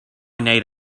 need